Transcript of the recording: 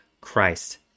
Christ